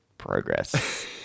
progress